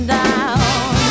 down